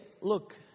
look